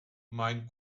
mein